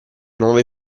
nuove